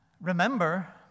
remember